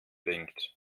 denkt